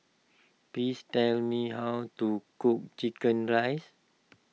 please tell me how to cook Chicken Rice